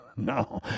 No